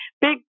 big